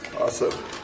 Awesome